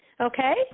Okay